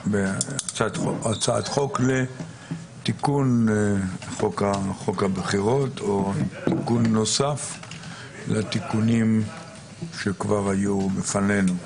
בהצעת חוק לתיקון חוק הבחירות או תיקון נוסף לתיקונים שכבר היו לפנינו.